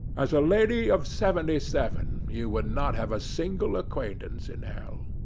as a lady of seventy seven, you would not have a single acquaintance in hell.